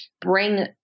bring